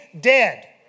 dead